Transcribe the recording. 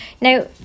now